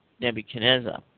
Nebuchadnezzar